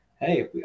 hey